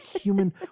human